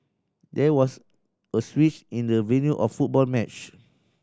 there was a switch in the venue of football match